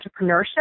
entrepreneurship